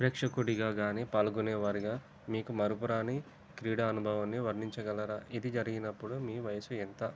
ప్రేక్షకుడిగా కానీ పాల్గొనేవారిగా మీకు మరపురాని క్రీడా అనుభవాన్ని వర్ణించగలరా ఇది జరిగినప్పుడు మీ వయసు ఎంత